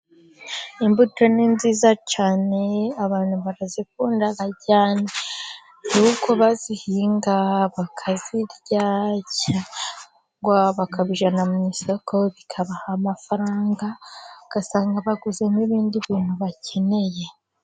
Imbuto ni nziza cyane. Abantu barazikunda cyane, kuko bazihinga bakazirya cyangwa bakazijyana mu isoko, zikabaha amafaranga ugasanga baguzemo ibindi bintu bakeneye.